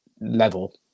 level